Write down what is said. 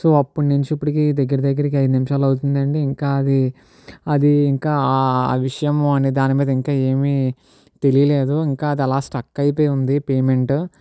so అప్పుడు నుంచి ఇప్పటికీ దగ్గర దగ్గరగా ఐదు నిమిషాలు అవుతుంది అండి ఇంకా అది అది విషయం అనే దాని మీద ఇంకా ఏమి తెలియలేదు ఇంకా అది అలా స్ట్రక్ అయిపోయింది పేమెంట్